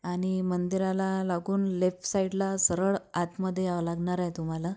आणि मंदिराला लागून लेफ्ट साइडला सरळ आतमध्ये यावं लागणार आहे तुम्हाला